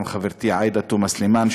גם חברתי עאידה תומא סלימאן,